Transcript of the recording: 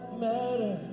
matter